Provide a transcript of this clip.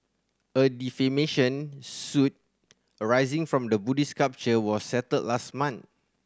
a defamation suit arising from the Buddhist sculpture was settled last month